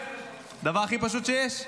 הדבר הכי פשוט שיש,